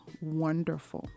wonderful